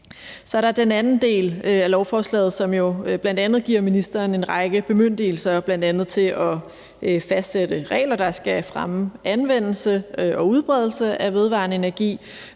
Så er der den anden del af lovforslaget, som jo bl.a. giver ministeren en række bemyndigelser, bl.a. til at fastsætte regler, der skal fremme anvendelse og udbredelse af vedvarende energi,